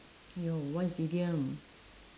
!aiyo! what is idiom